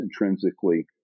intrinsically